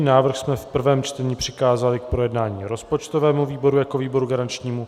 Návrh jsme v prvém čtení přikázali k projednání rozpočtovému výboru jako výboru garančnímu.